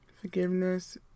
Forgiveness